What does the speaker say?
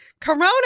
Corona